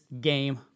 game